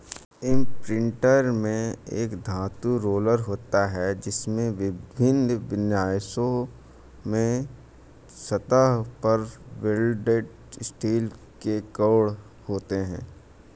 imprinter में एक धातु रोलर होता है, जिसमें विभिन्न विन्यासों में सतह पर वेल्डेड स्टील के कोण होते हैं